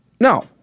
No